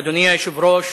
אדוני היושב-ראש,